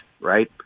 right